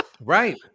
right